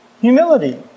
humility